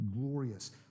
glorious